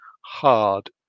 hard